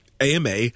AMA